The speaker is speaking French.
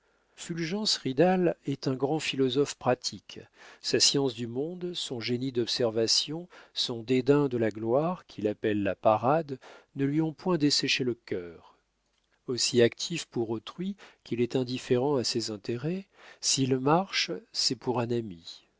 fulgence ridal est un grand philosophe pratique sa science du monde son génie d'observation son dédain de la gloire qu'il appelle la parade ne lui ont point desséché le cœur aussi actif pour autrui qu'il est indifférent à ses intérêts s'il marche c'est pour un ami